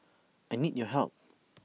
I need your help